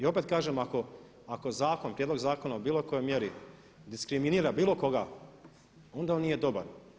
I opet kažem ako zakon, prijedlog zakona o bilo kojoj mjeri diskriminira bilo koga onda on nije dobar.